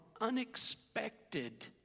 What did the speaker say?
unexpected